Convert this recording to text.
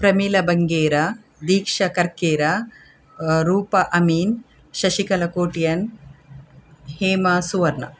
Pramila Bangera Deeksha Karkera Roopa Amin Shashikala Kotian Hema Suvarna